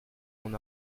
mon